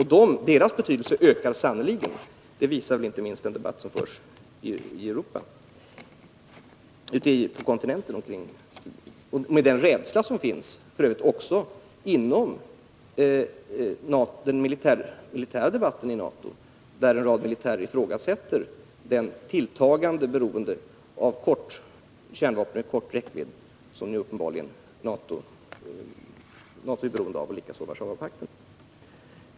Och betydelsen av dessa ökar sannerligen — det visas inte minst av den debatt som förs på kontinenten i Europa och f. ö. också i den militära debatten inom NATO. En rad militärer ifrågasätter NATO:s tilltagande beroende av slagfältskärnvapen med kort räckvidd, som även ökar inom Warszawapakten.